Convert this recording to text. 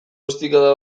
ostikada